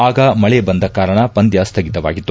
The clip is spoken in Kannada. ಆಗ ಮಳೆ ಬಂದ ಕಾರಣ ಪಂದ್ಯ ಸ್ಡಗಿತವಾಗಿತ್ತು